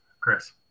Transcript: Chris